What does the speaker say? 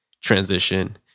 transition